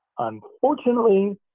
Unfortunately